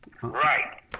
Right